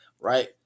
right